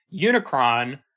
Unicron